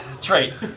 trait